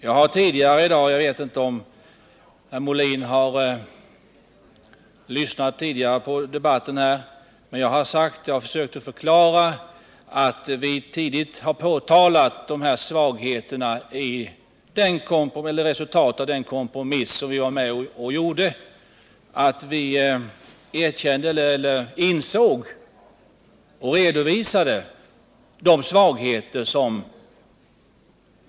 Jag har tidigare i dag — jag vet inte om herr Molin lyssnat på debatten — försökt förklara att vi tidigt påtalade och redovisade de svagheter som vidlåder den kompromiss vi åstadkom.